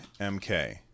MK